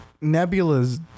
Nebula's